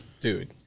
dude